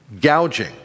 gouging